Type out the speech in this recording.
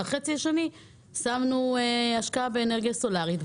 החצי השני שמו השקעה באנרגיה סולארית,